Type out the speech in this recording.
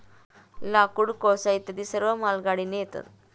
लाकूड, कोळसा इत्यादी सर्व मालगाडीने येतात